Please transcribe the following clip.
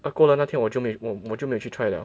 过了那天我就没我我就没有去 try liao